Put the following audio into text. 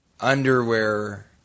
underwear